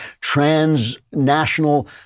transnational